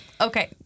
okay